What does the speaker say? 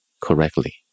correctly